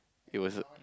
it was a